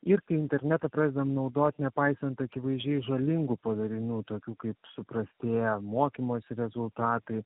ir internetą pradedam naudot nepaisant akivaizdžiai žalingų padarinių tokių kaip suprastėja mokymosi rezultatai